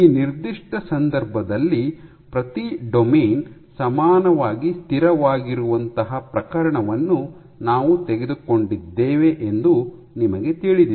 ಈ ನಿರ್ದಿಷ್ಟ ಸಂದರ್ಭದಲ್ಲಿ ಪ್ರತಿ ಡೊಮೇನ್ ಸಮಾನವಾಗಿ ಸ್ಥಿರವಾಗಿರುವಂತಹ ಪ್ರಕರಣವನ್ನು ನಾವು ತೆಗೆದುಕೊಂಡಿದ್ದೇವೆ ಎಂದು ನಿಮಗೆ ತಿಳಿದಿದೆ